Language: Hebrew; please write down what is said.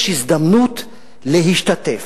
יש הזדמנות להשתתף.